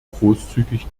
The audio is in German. großzügig